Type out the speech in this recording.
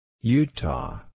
Utah